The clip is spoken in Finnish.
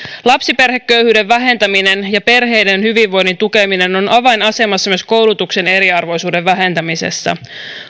lapsiperheköyhyyden vähentäminen ja perheiden hyvinvoinnin tukeminen on avainasemassa myös koulutuksen eriarvoisuuden vähentämisessä